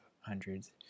hundreds